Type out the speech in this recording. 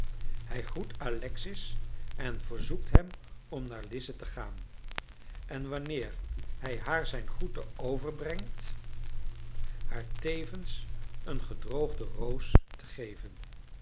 hij groet alexis en verzoekt hem om naar lize te gaan en wanneer hij haar zijn groeten overbrengt haar tevens een gedroogde roos te geven